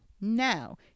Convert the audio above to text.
now